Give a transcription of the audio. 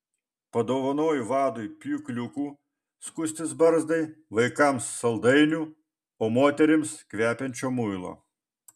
padovanoju vadui pjūkliukų skustis barzdai vaikams saldainių o moterims kvepiančio muilo